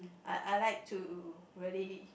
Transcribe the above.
I I like to really